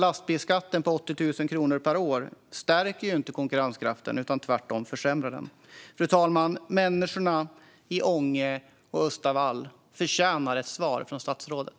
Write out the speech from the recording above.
Lastbilsskatten på 80 000 kronor per år stärker ju inte konkurrenskraften. Tvärtom! Den försämrar den. Fru talman! Människorna i Ånge och Östavall förtjänar ett svar från statsrådet.